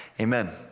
amen